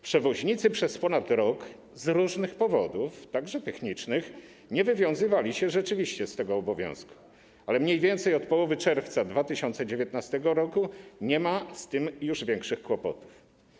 Przewoźnicy przez ponad rok z różnych powodów, także technicznych, rzeczywiście nie wywiązywali się z tego obowiązku, ale mniej więcej od połowy czerwca 2019 r. nie ma z tym już większych kłopotów.